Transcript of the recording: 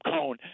cone